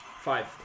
Five